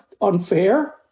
unfair